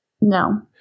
No